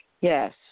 Yes